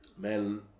Men